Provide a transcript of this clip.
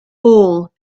all